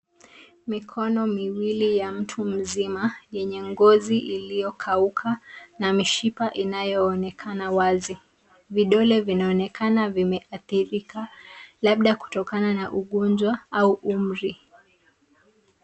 Mikono miwiwli ya mtu mzima yenye ngozi iliyo kauka na mishipa inayo onekana wazi. Vidole vinaonekana vimeathirika labda kutokana na ugonjwa au umri.